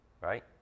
right